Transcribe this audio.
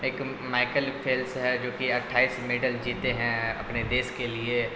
ایک Michael Phelps ہیں جو کہ اٹھائیس میڈل جیتے ہیں اپنے دیس کے لیے